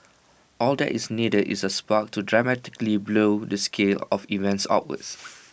all that is needed is A spark to dramatically blow the scale of events outwards